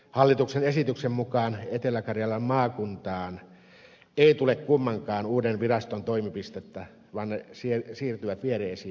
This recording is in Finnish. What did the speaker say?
hallituksen esityksen mukaan etelä karjalan maakuntaan ei tule kummankaan uuden viraston toimipistettä vaan ne siirtyvät viereisiin maakuntiin